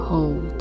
Hold